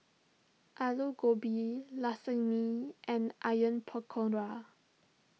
Alu Gobi Lasagne and Onion Pakora